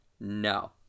No